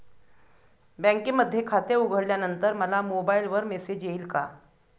बँकेमध्ये खाते उघडल्यानंतर मला मोबाईलवर मेसेज येईल का?